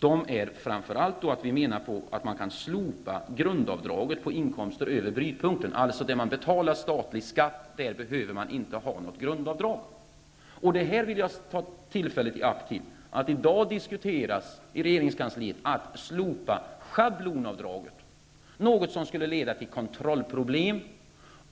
går framför allt ut på att man kan slopa grundavdraget vid inkomster över brytpunkten. Där man betalar statlig skatt behövs inte något grundavdrag. Jag vill ta tillfället i akt i dag och framföra detta, för det diskuteras i regeringskansliet att slopa schablonavdraget, något som skulle leda till kontrollproblem.